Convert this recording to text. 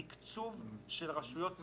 בתקצוב של רשויות מקומיות.